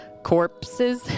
Corpses